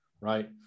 Right